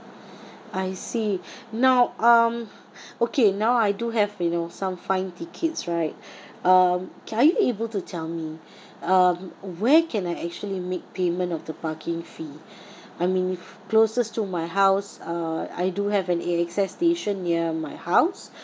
I see now um okay now I do have you know some fine tickets right um K are you able to tell me um where can I actually make payment of the parking fee I mean closest to my house uh I do have an A_X_S station near my house